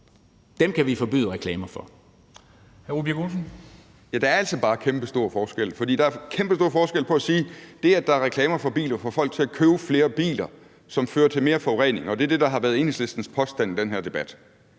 Ole Birk Olesen (LA): Der er altså bare kæmpestor forskel på at sige, at det, at der er reklamer for biler, får folk til at købe flere biler, hvilket fører til mere forurening – og det er det, der har været Enhedslistens påstand i den her debat